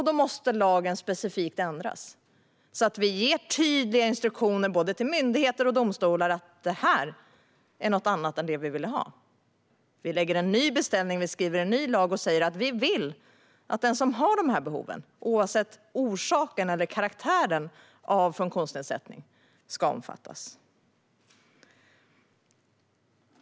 Då måste lagen specifikt ändras så att vi ger tydliga instruktioner till både myndigheter och domstolar och talar om: Det här är något annat än det vi ville ha. Vi lägger fram en ny beställning, skriver en ny lag och säger: Vi vill att den som har de här behoven, oavsett orsaken eller karaktären av funktionsnedsättning, ska omfattas.